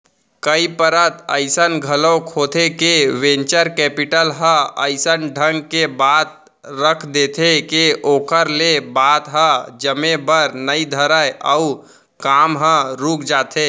कई परत अइसन घलोक होथे के वेंचर कैपिटल ह अइसन ढंग के बात रख देथे के ओखर ले बात ह जमे बर नइ धरय अउ काम ह रुक जाथे